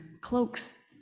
cloaks